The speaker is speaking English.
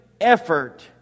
effort